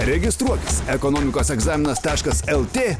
registruotis ekonomikos egzaminas taškas lt